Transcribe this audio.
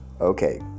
Okay